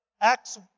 Acts